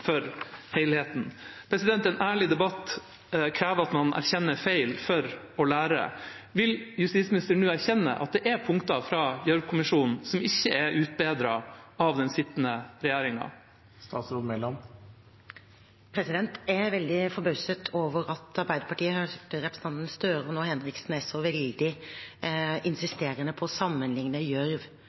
for helheten. En ærlig debatt krever at man erkjenner feil for å lære. Vil justisministeren nå erkjenne at det er punkter fra Gjørv-kommisjonen som ikke er utbedret av den sittende regjeringen? Jeg er veldig forbauset over at Arbeiderpartiet, ved representanten Gahr Støre og nå Henriksen, er så veldig insisterende på å sammenligne